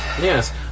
Yes